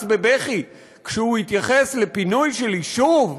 בבכי כשהוא התייחס לפינוי של יישוב,